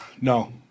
No